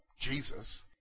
Jesus